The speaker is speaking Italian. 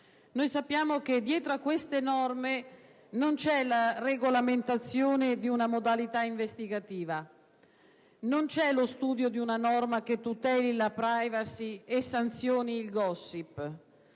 Noi sappiamo che dietro a queste norme non c'è la regolamentazione di una modalità investigativa, non c'è lo studio di una disposizione che tuteli la *privacy* e sanzioni il *gossip*,